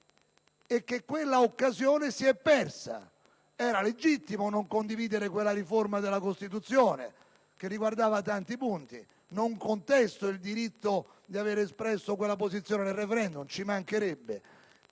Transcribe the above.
quell'occasione si è persa. Era legittimo non condividere quella riforma della Costituzione, che riguardava tanti punti; non contesto perciò il vostro diritto di aver espresso quella posizione nel *referendum,* ci mancherebbe!